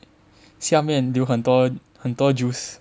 下面流很多很多 juice